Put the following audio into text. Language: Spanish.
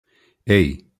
hey